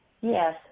Yes